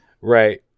Right